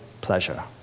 pleasure